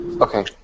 Okay